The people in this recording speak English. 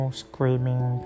screaming